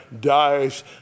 dies